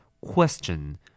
Question